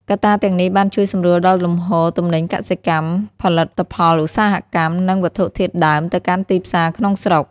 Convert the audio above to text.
កត្តាទាំងនេះ បានជួយសម្រួលដល់លំហូរទំនិញកសិកម្ម ផលិតផលឧស្សាហកម្ម និងវត្ថុធាតុដើមទៅកាន់ទីផ្សារក្នុងស្រុក។